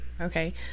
okay